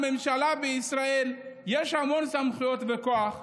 לממשלה בישראל יש המון סמכויות וכוח.